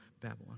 babylon